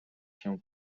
się